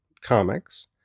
comics